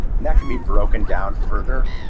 and that can be broken down further